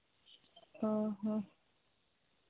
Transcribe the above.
ᱚ ᱦᱚᱸ